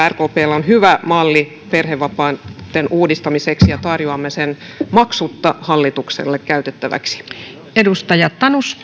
rkpllä on hyvä malli perhevapaitten uudistamiseksi ja tarjoamme sen maksutta hallitukselle käytettäväksi